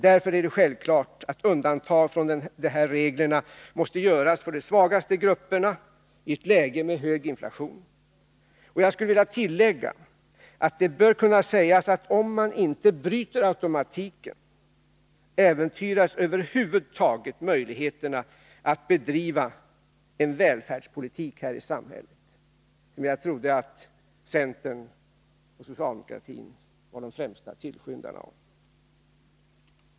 Därför är det självklart att undantag från de här reglerna måste göras för de svagaste grupperna i ett läge med hög inflation. Jag skulle vilja tillägga att om man inte bryter automatiken äventyras över huvud taget möjligheterna att bedriva en välfärdspolitik här i samhället, och den trodde jag att centern och socialdemokratin var de främsta tillskyndarna av.